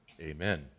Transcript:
amen